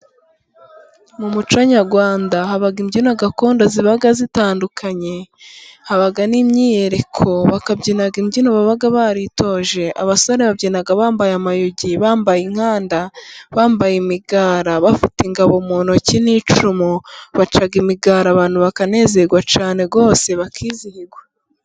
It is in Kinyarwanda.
Mu muco nyarwanda haba imbyino gakondo ziba zitandukanye, haba n' imyiyereko, bakabyina imbyino baba baritoje, abasore babyina bambaye amayugi, bambaye inkanda, bambaye imigara, bafite ingabo mu ntoki n'icumu, baca imigara, abantu bakanezerwa cyane rwose bakizihigwa.